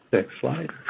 next slide.